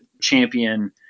champion